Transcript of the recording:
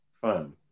Fun